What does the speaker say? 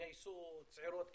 יגייסו צעירות כדי,